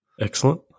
Excellent